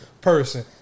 person